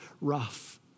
rough